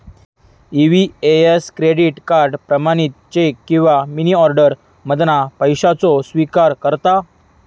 EVS credit card, प्रमाणित cheque किंवा money order मधना पैशाचो स्विकार करता